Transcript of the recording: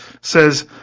says